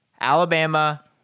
Alabama